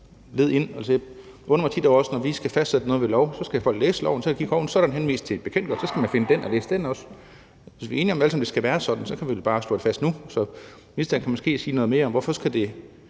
tit over, at når vi skal fastsætte noget ved lov, så skal folk først læse loven; så er der en henvisning til en bekendtgørelse; så skal man finde den og også læse den. Hvis vi alle sammen er enige om, at det skal være sådan, kan vi vel bare slå det fast nu. Så ministeren kan måske sige noget mere om, hvorfor vi skal give